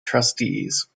trustees